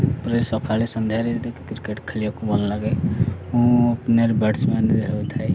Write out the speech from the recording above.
ପରେ ସଖାଳେ ସନ୍ଧ୍ୟାରେ ଯଦିଓ କ୍ରିକେଟ୍ ଖେଳିବାକୁ ଭଲଲାଗେ ମୁଁ ମେନ୍ ବ୍ୟାଟ୍ସମ୍ୟାନ୍ ହେଇଥାଏ